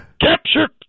captured